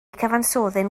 cyfansoddyn